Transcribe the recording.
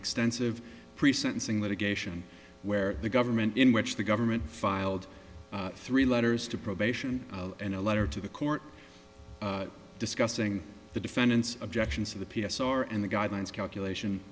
extensive pre sentencing litigation where the government in which the government filed three letters to probation and a letter to the court discussing the defendant's objections to the p s r and the guidelines calculation